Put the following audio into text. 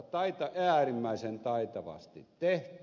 sehän on äärimmäisen taitavasti tehty